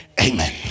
Amen